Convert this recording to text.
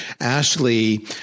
Ashley